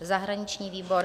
Zahraniční výbor: